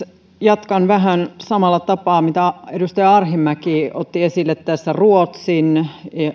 jatkan vähän samalla tapaa edustaja arhinmäki otti esille tässä ruotsin